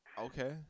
okay